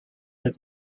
his